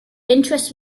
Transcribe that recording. interest